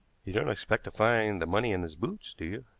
you don't expect to find the money in his boots, do you?